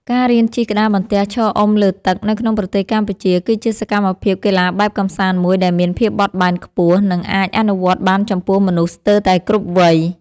ការរៀនជិះក្តារបន្ទះឈរអុំលើទឹកនៅក្នុងប្រទេសកម្ពុជា គឺជាសកម្មភាពកីឡាបែបកម្សាន្តមួយដែលមានភាពបត់បែនខ្ពស់ និងអាចអនុវត្តបានចំពោះមនុស្សស្ទើរតែគ្រប់វ័យ។